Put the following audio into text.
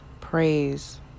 praise